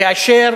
כאשר